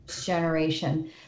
generation